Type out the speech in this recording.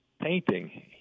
painting